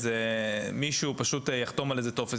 מישהו יחתום על הטופס.